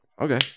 Okay